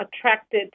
attracted